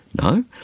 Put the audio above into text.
No